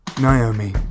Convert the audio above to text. Naomi